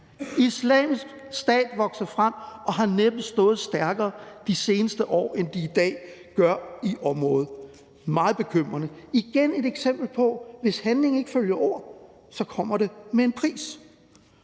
Islamisk Stat vokser frem og har næppe stået stærkere de seneste år, end de gør i området i dag. Meget bekymrende. Igen er det et eksempel på, at hvis handling ikke følger ord, kommer det med en pris.